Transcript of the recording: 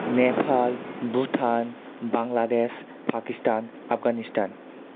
Nepal Bhutan Bangladesh Pakistan Afghanistan